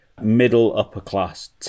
middle-upper-class